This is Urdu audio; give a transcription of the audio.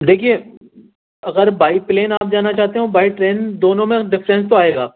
دیکھیے اگر بائی پلین آپ جانا چاہتے ہوں بائی ٹرین دونوں میں ڈفرینس تو آئے گا